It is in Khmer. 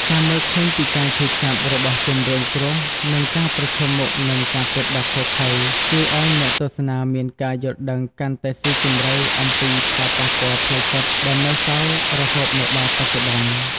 ការមើលឃើញពីការឈឺចាប់របស់ជនរងគ្រោះ និងការប្រឈមមុខនឹងការពិតដ៏ឃោរឃៅ ជួយឲ្យអ្នកទស្សនាមានការយល់ដឹងកាន់តែស៊ីជម្រៅអំពីផលប៉ះពាល់ផ្លូវចិត្តដែលនៅសល់រហូតមកដល់បច្ចុប្បន្ន។